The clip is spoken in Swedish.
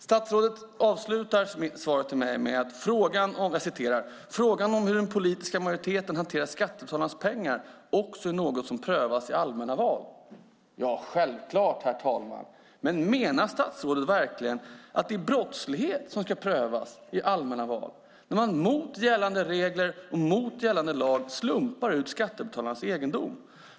Statsrådet avslutar svaret till mig med att säga att "frågan om hur de politiska majoriteterna hanterar skattebetalarnas pengar också är något som prövas i de allmänna valen". Ja, självklart, herr talman! Men menar statsrådet verkligen att det är brottslighet som ska prövas i allmänna val när man mot gällande regler och mot gällande lag slumpar ut skattebetalarnas egendom?